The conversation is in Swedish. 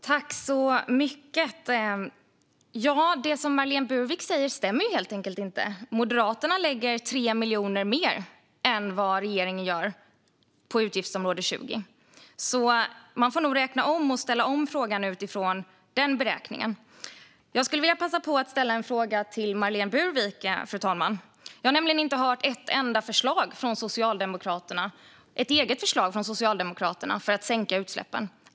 Fru talman! Det som Marlene Burwick säger stämmer helt enkelt inte. Moderaterna lägger 3 miljoner mer än regeringen på utgiftsområde 20. Man får nog räkna om och ställa om frågan utifrån den beräkningen. Jag skulle, fru talman, vilja passa på att ställa en fråga till Marlene Burwick. Jag har inte hört ett enda eget förslag från Socialdemokraterna när det gäller att sänka utsläppen.